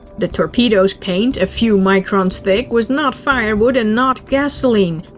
the torpedo's paint, a few microns thick, was not firewood and not gasoline.